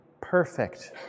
perfect